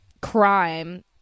crime